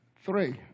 three